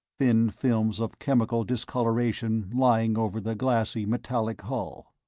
thin films of chemical discoloration lying over the glassy metallic hull.